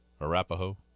Arapaho